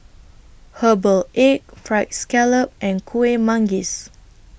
Herbal Egg Fried Scallop and Kueh Manggis